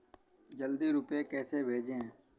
जल्दी रूपए कैसे भेजें?